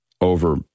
over